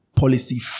Policy